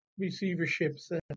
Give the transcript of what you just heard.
receiverships